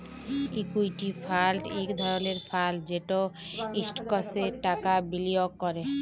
equity fund ইক ধরলের fund যেট ইস্টকসে টাকা বিলিয়গ ক্যরে